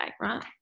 right